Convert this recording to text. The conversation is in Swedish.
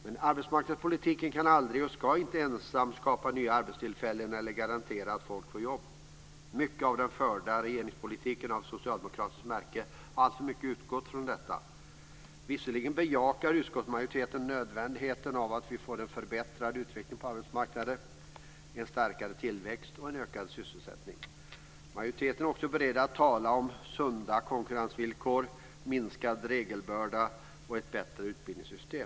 Men arbetsmarknadspolitiken kan aldrig, och ska inte, ensam skapa nya arbetstillfällen eller garantera att folk får jobb. Mycket av den förda regeringspolitiken av socialdemokratiskt märke har alltför mycket utgått från detta. Visserligen bejakar utskottsmajoriteten nödvändigheten av att vi får en förbättrad utveckling på arbetsmarknaden med en starkare tillväxt och en ökad sysselsättning. Majoriteten är också beredd att tala om sunda konkurrensvillkor, minskad regelbörda och ett bättre utbildningssystem.